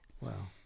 Wow